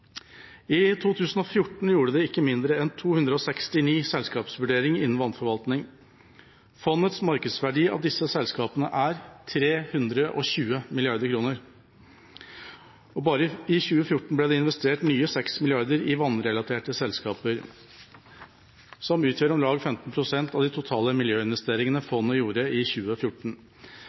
I 2014 gjorde de ikke mindre enn 269 selskapsvurderinger innen vannforvaltning. Fondets markedsverdi av disse selskapene er 320 mrd. kr. Bare i 2014 ble det investert nye 6 mrd. kr i vannrelaterte selskaper, som utgjør om lag 15 pst. av de totale miljøinvesteringene